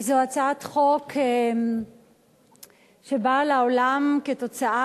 הצעת חוק השתלת אברים (תיקון,